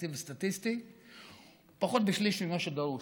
התקציב הסטטיסטי הוא פחות בשליש ממה שדרוש.